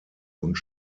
und